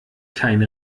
keine